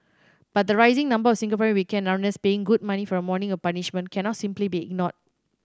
but the rising number of Singaporean weekend runners paying good money for a morning of punishment cannot simply be ignored